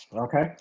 Okay